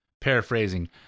paraphrasing